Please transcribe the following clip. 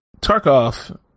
Tarkov